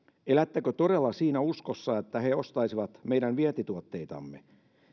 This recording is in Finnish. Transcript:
elättekö todella siinä uskossa että he ostaisivat meidän vientituotteitamme